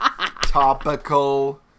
Topical